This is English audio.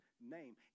name